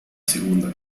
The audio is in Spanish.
segunda